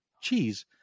cheese